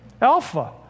Alpha